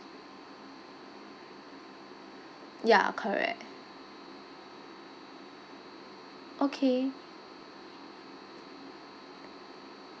ya correct okay